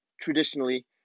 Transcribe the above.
traditionally